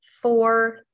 four